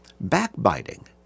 Backbiting